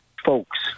folks